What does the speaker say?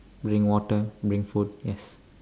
bring water bring food yes